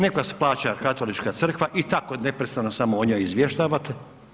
Nek vas plaća katolička Crkva, i tako neprestano samo o njoj izvještavate.